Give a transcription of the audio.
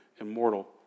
immortal